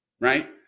Right